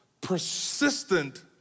persistent